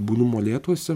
būnu molėtuose